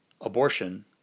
Abortion